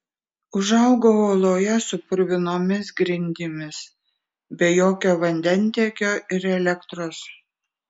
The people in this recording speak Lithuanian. užaugau oloje su purvinomis grindimis be jokio vandentiekio ir elektros